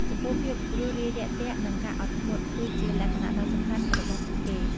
ចំពោះភាពរួសរាយរាក់ទាក់នឹងការអត់ធ្មត់ គឺជាលក្ខណៈដ៏សំខាន់របស់ពួកគេ។